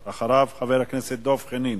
אחריו, חבר הכנסת דב חנין.